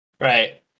Right